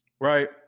right